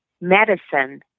Medicine